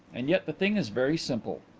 and yet the thing is very simple.